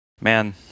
Man